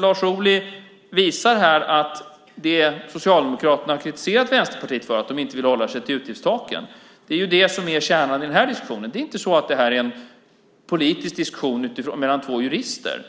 Lars Ohly visar här att det Socialdemokraterna har kritiserat Vänsterpartiet för, att de inte vill hålla sig till utgiftstaken, är det som är kärnan i den här diskussionen. Det här är inte en politisk diskussion mellan två jurister.